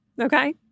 okay